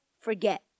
forget